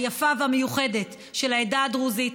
היפה והמיוחדת של העדה הדרוזית.